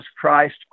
Christ